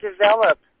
develop